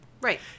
Right